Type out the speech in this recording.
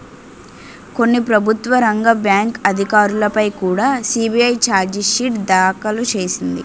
కొన్ని ప్రభుత్వ రంగ బ్యాంకు అధికారులపై కుడా సి.బి.ఐ చార్జి షీటు దాఖలు చేసింది